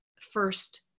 first